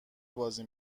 بازی